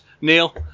Neil